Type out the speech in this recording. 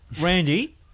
Randy